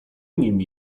nimi